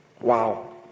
Wow